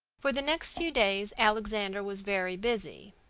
for the next few days alexander was very busy.